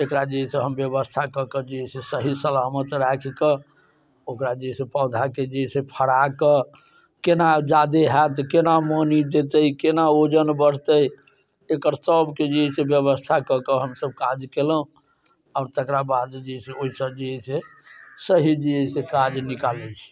जकरा जे अइसे हम व्यवस्था कऽके जे से सही सलामत राखि कऽ ओकरा जे है से पौधाके जे है से फरा कऽ केना जादे हैत जे केना मौनी देतै केना वजन बढ़तै एकर सबके जे अइसे व्यवस्था कऽके हमसब काज केलहुँ आओर तकरा बाद जे है से ओइसँ जे है से सही जे है से काज निकालै छी